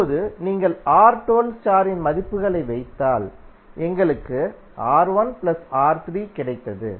இப்போது நீங்கள் R12 star ன் மதிப்புகளை வைத்தால் எங்களுக்கு R1 R3 கிடைத்தது